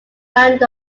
round